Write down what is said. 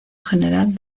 general